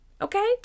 Okay